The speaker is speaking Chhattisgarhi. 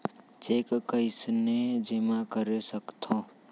चेक कईसने जेमा कर सकथो?